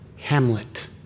Hamlet